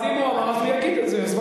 אז אם הוא אמר, הוא יגיד את זה.